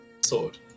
sword